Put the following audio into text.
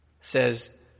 says